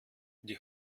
die